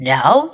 Now